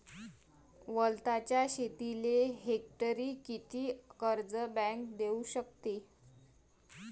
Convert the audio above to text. वलताच्या शेतीले हेक्टरी किती कर्ज बँक देऊ शकते?